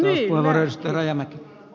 herra puhemies